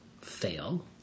fail